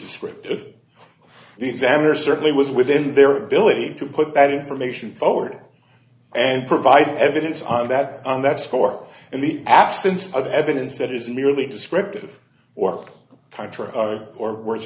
descriptive the examiner certainly was within their ability to put that information forward and provide evidence on that on that score and the absence of evidence that is merely descriptive or country or wors